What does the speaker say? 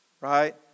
Right